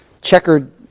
checkered